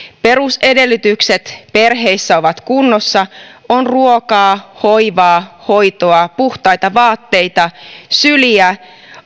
perusedellytykset perheissä ovat kunnossa on ruokaa hoivaa hoitoa puhtaita vaatteita syliä